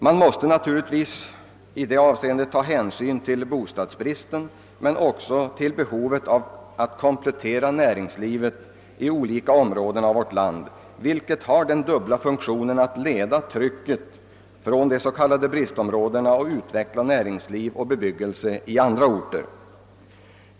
Man måste naturligtvis i det avseendet ta hänsyn till bostadsbristen men också till behovet av att komplettera näringslivet i olika områden av vårt land, något som har den dubbla funktionen att leda trycket från de s.k. bristområdena och att utveckla näringsliv och bebyggelse i andra orter.